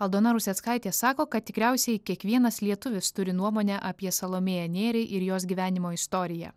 aldona ruseckaitė sako kad tikriausiai kiekvienas lietuvis turi nuomonę apie salomėją nėrį ir jos gyvenimo istoriją